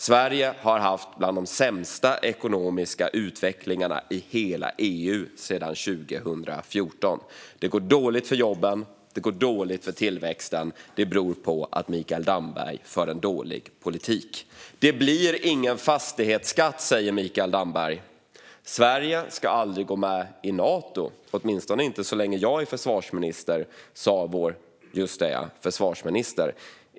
Sverige är bland de länder i EU som har haft den sämsta ekonomiska utvecklingen i hela EU sedan 2014. Det går dåligt för jobben, och det går dåligt för tillväxten. Det beror på att Mikael Damberg för en dålig politik. Det blir ingen fastighetsskatt, säger Mikael Damberg. Sverige ska aldrig gå med i Nato, åtminstone inte så länge jag är försvarsminister, sa vår - just det - försvarsminister.